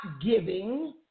giving